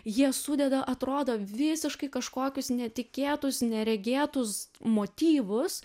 jie sudeda atrodo visiškai kažkokius netikėtus neregėtus motyvus